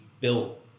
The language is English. built